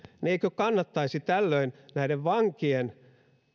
niin eikö kannattaisi tällöin näiden vankien